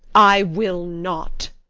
i will not.